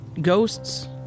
ghosts